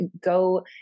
go